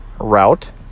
Route